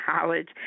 college